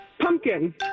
Pumpkin